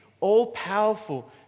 all-powerful